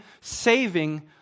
saving